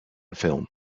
film